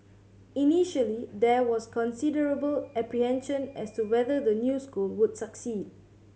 initially there was considerable apprehension as to whether the new school would succeed